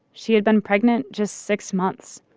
she had been pregnant just six months.